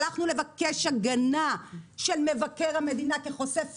הלכנו לבקש הגנה של מבקר המדינה כחושף שחיתויות,